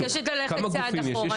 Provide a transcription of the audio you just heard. אני מבקשת ללכת צעד אחורנית.